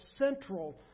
central